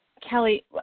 Kelly